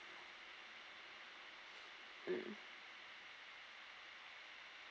mm